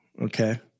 Okay